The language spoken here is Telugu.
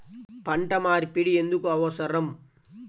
పంట మార్పిడి ఎందుకు అవసరం?